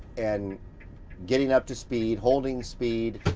and getting up to speed, holding speed,